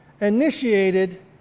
initiated